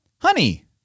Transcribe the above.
Honey